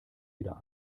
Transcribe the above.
wieder